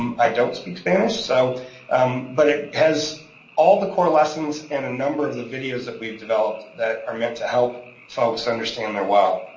um i don't speak spanish, so um but it has all the core lessons and a number of the videos that we've developed that are meant to help folks understand their well.